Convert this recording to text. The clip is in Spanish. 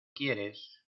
quieres